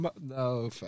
No